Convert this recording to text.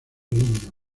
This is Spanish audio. alumno